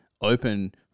open